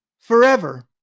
forever